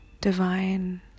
divine